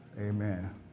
Amen